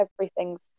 Everything's